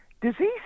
diseases